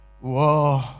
Whoa